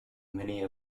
many